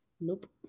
Nope